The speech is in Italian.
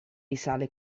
risale